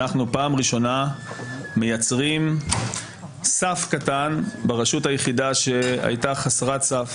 בפעם הראשונה אנחנו מייצרים סף קטן ברשות היחידה שהייתה חסרת סף.